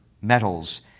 metals